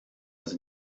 was